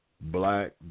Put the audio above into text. Black